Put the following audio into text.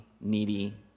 needy